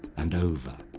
and over,